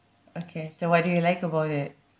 okay so what do you like about it